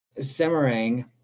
Semarang